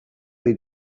ohi